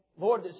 Lord